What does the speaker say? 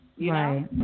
Right